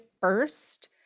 first